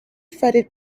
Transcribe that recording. threaded